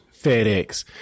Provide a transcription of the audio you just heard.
FedEx